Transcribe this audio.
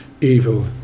evil